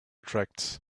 tracts